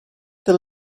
this